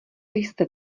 jste